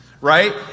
Right